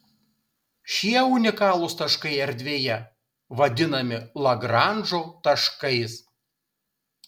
šie unikalūs taškai erdvėje vadinami lagranžo taškais